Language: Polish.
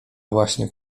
właśnie